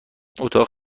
اتاق